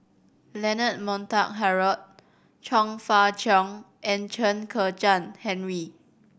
Leonard Montague Harrod Chong Fah Cheong and Chen Kezhan Henri